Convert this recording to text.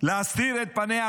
להסתיר את פניה,